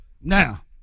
Now